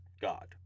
god